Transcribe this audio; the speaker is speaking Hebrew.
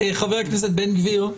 חבר הכנסת בן גביר,